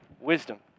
wisdom